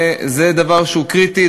זה דבר שהוא קריטי,